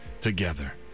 together